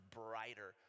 brighter